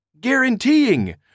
guaranteeing